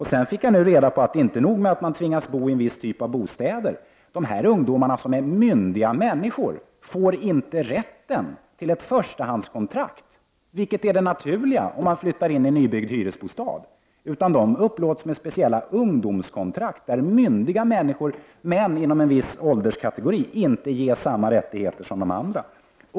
Så fick jag också reda på att det inte är nog med att de tvingas bo i en viss typ av bostäder — de här ungdomarna som är myndiga människor får inte heller rätten till ett förstahandskontrakt, vilket är det naturliga om man flyttar in i en nybyggd hyresbostad. Bostäderna upplåts med speciella ungdomskontrakt som innebär att myndiga människor, visserligen inom en viss ålderskategori, inte ges samma rättigheter som andra.